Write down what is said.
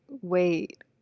wait